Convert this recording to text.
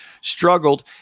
Struggled